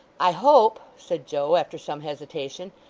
i hope said joe after some hesitation,